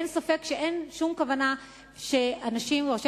אין ספק שאין שום כוונה שאנשים או אנשי